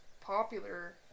popular